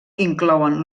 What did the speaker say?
inclouen